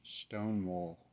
stonewall